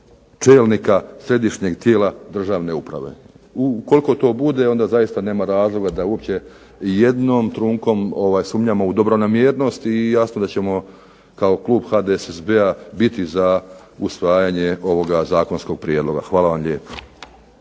čelnika središnjeg tijela državne uprave. Ukoliko to bude onda zaista nema razloga da uopće jednom trunkom sumnjamo u dobronamjernost i jasno da ćemo kao klub HDSSB biti za usvajanje ovoga zakonskog prijedloga. Hvala vam lijepo.